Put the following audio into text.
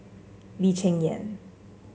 Lee Cheng Yan